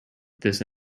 this